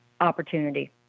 opportunity